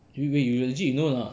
you wait you legit know or not